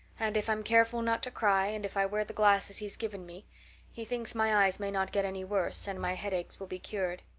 and if i'm careful not to cry, and if i wear the glasses he's given me he thinks my eyes may not get any worse and my headaches will be cured.